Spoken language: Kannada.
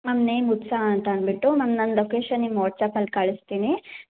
ನಮ್ಮ ನೇಮ್ ಉತ್ಸಾಹ ಅಂತ ಅಂದುಬಿಟ್ಟು ಮ್ಯಾಮ್ ನಮ್ಮ ಲೊಕೇಶನ್ ನಿಮ್ಮ ವಾಟ್ಸ್ಆ್ಯಪಲ್ಲಿ ಕಳಿಸ್ತೀನಿ